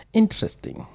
interesting